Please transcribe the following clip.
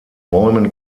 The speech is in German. bäumen